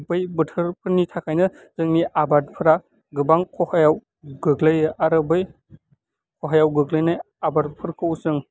बै बोथोरफोरनि थाखायनो जोंनि आबादफोरा गोबां खहायाव गोग्लैयो आरो बै खहायाव गोग्लैनाय आबादफोरखौ जों